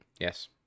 Yes